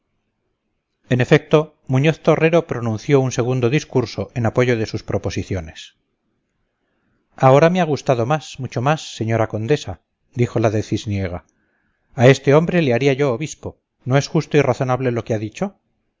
en efecto muñoz torrero pronunció un segundo discurso en apoyo de sus proposiciones ahora me ha gustado más mucho más señora condesa dijo la de cisniega a este hombre le haría yo obispo no es justo y razonable lo que ha dicho